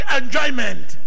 enjoyment